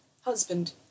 Husband